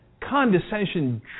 Condescension